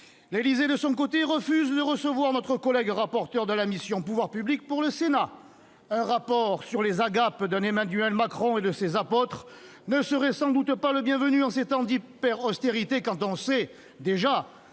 L'Élysée, de son côté, refuse de recevoir notre collègue rapporteur de la mission « Pouvoirs publics » pour le Sénat ... C'est un scandale ! Un rapport sur les agapes d'un Emmanuel Macron et de ses apôtres ne serait sans doute pas le bienvenu en ces temps d'hyper-austérité, quand on sait, déjà,